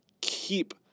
keep